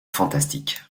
fantastique